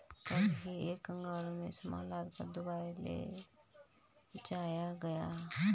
कल ही एक कार्गो में सामान लादकर दुबई ले जाया गया